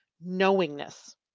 knowingness